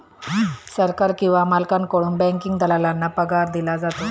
सरकार किंवा मालकाकडून बँकिंग दलालाला पगार दिला जातो